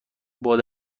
باد